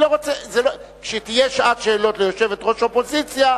כשתהיה שעת שאלות ליושבת-ראש אופוזיציה,